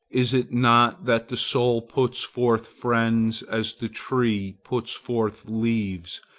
is it not that the soul puts forth friends as the tree puts forth leaves,